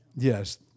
Yes